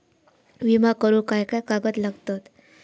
विमा करुक काय काय कागद लागतत?